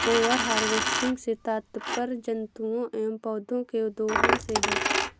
over harvesting से तात्पर्य जंतुओं एंव पौधौं के दोहन से है